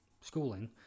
schooling